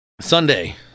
Sunday